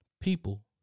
People